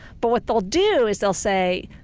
but what they'll do is they'll say,